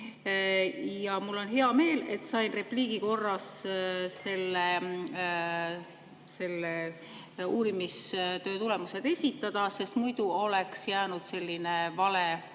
Mul on hea meel, et sain repliigi korras selle uurimistöö tulemused esitada. Muidu oleks jäänud kõlama selline